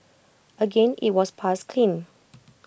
again IT was passed clean